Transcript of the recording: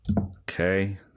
Okay